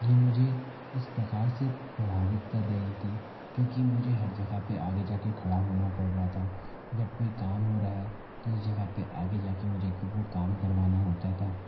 ये मुझे इस प्रकार से प्रभावित कर रही थी क्योंकि मुझे हर जगह पे आगे जाके खड़ा होना पर रहा था जब कोई काम हो रहा है तो उस जगह पे आगे जाके मुझे वो काम करवाना होता था